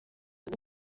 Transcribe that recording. ubu